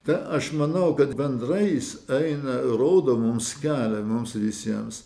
tai aš manau kad bendrai jis eina rodo mums kelią mums visiems